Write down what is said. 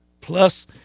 Plus